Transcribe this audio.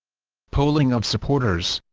polling of supporters